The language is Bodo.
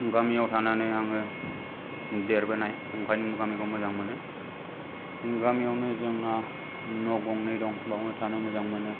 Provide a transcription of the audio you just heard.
गामियाव थानानै आङो देरबोनाय ओंखायनो गामिखौ मोजां मोनो गामियावनो जोंना न' गंनै दं बावनो थानो मोजां मोनो